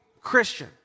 Christian